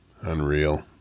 Unreal